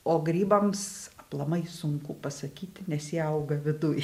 o grybams aplamai sunku pasakyti nes jie auga viduj